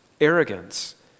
arrogance